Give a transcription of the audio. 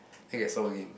then it'll get soft again